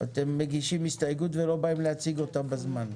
אתם מגישים הסתייגות ואתם לא באים להציג אותה בזמן.